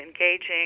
engaging